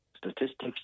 Statistics